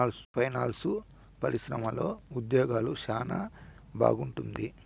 finance పరిశ్రమలో ఉద్యోగాలు సెనా బాగుంటుంది